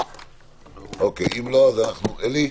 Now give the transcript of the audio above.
אלי?